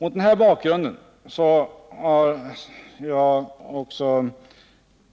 Mot denna bakgrund har också